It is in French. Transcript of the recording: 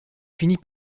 finit